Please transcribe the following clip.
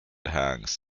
hangs